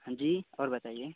हाँ जी और बताइए